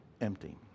empty